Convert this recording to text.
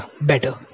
better